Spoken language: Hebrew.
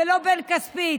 ולא בן כספית,